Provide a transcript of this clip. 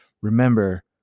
remember